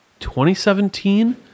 2017